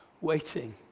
waiting